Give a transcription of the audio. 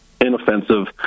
inoffensive